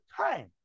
time